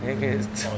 then 可以